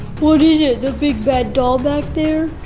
what is it? the big bad doll back there?